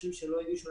ואנשים שלא הגישו,